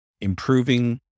improving